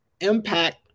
impact